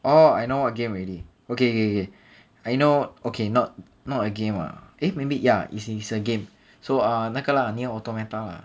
orh I know what game already okay okay okay I know okay not not a game ah eh maybe ya is is a game so uh 那个 lah nier automata